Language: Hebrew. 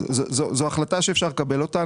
זו החלטה שאפשר לקבל אותה.